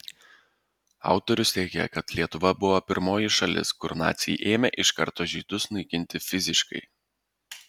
autorius teigia kad lietuva buvo pirmoji šalis kur naciai ėmė iš karto žydus naikinti fiziškai